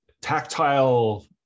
tactile